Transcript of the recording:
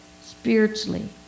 spiritually